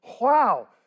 Wow